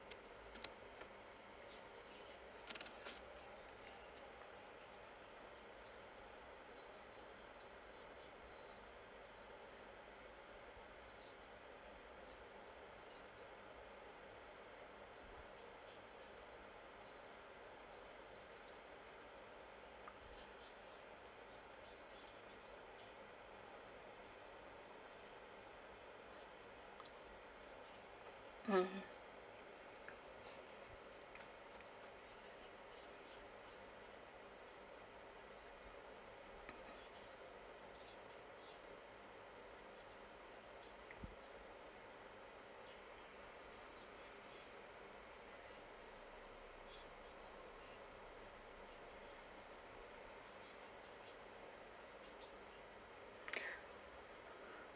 mmhmm